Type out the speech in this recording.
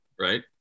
right